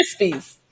Krispies